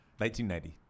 1990